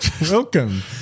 welcome